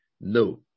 No